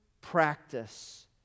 practice